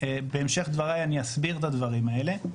בהמשך דבריי אני אסביר את הדברים האלה,